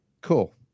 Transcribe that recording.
cool